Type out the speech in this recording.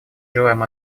желаем